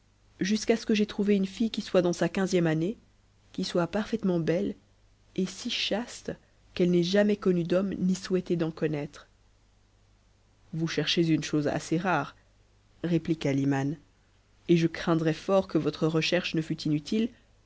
jusqu'à ce que j'aie trouvé un fille qui soit dans sa quinzième année qui soit parfaitement belle et si chaste qu'elle n'ait jamais connu d'homme ni souhaité d'en connaître vous cherchez une chose assez rare répliqua l'iman et je craindrais fort que votre recherche ne fut inutite